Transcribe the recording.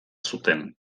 zuten